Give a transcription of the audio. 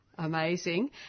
amazing